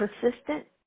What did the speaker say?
persistent